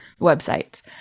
websites